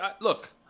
Look